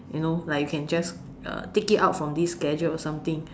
you know like you can just uh take it out from this gadget or something